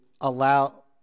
allow